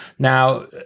Now